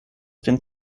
den